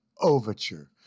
Overture